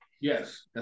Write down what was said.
Yes